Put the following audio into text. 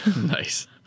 Nice